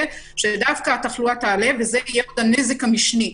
שדווקא התחלואה תעלה וזה יהיה עוד הנזק המשני.